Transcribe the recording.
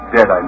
Dead